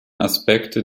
aspekte